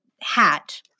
hat